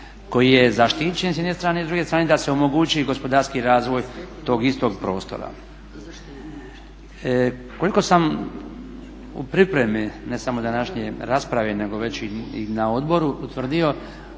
koji je zaštićen s jedne strane, s druge strane da se omogući gospodarski razvoj tog istog prostora. Koliko sam u pripremi, ne samo današnje rasprave, nego već i na odboru utvrdio